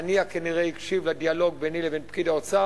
הנייה כנראה הקשיב לדיאלוג ביני לבין פקיד האוצר